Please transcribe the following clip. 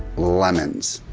lemons.